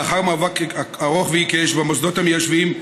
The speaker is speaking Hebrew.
לאחר מאבק ארוך ועיקש במוסדות המיישבים,